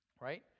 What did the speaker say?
right